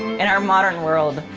in our modern world,